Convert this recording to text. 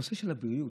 נושא הבריאות,